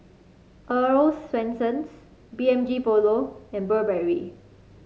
Earl's Swensens B M G Polo and Burberry